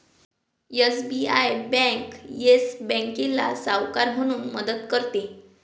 SBI bank Yes बँकेला सावकार म्हणून मदत करते